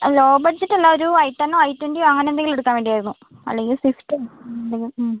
law budget അല്ല ഒരു i ടെണ്ണോ ഐ ട്വൻറ്റിയോ അങ്ങനെ എന്തെങ്കിലും എടുക്കാൻ വേണ്ടി ആയിരുന്നു അല്ലെങ്കിൽ സ്വിഫ്റ്റ് അങ്ങനെ എന്തെങ്കിലും ഹ്മ്